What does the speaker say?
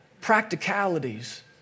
practicalities